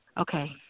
okay